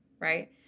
right